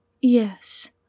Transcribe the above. yes